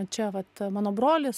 čia vat mano brolis